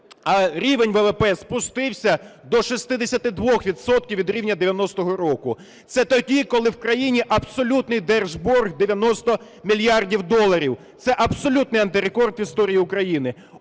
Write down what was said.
рівень ВВП спустився до 62 відсотків від рівня 90-го року. Це тоді, коли в країні абсолютний держборг – 90 мільярдів доларів. Це абсолютний антирекорд в історії України.